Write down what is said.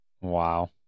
Wow